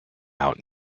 out